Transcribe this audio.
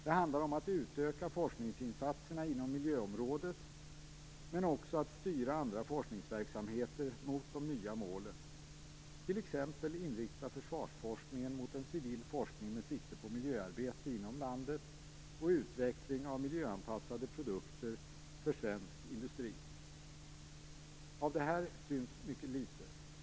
Det handlar om att utöka forskningsinsatserna inom miljöområdet men också att styra andra forskningsverksamheter mot de nya målen - t.ex. inrikta försvarsforskningen mot en civil forskning med sikte på miljöarbete inom landet och utveckling av miljöanpassade produkter för svensk industri. Av det här syns mycket litet.